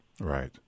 Right